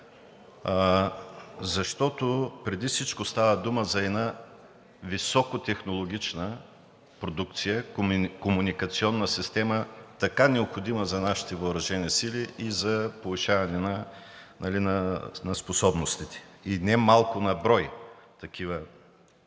Защото преди всичко става дума за една високотехнологична продукция, комуникационна система, така необходима за нашите въоръжени сили и за повишаване на способностите, и немалко на брой такива